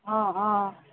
অঁ অঁ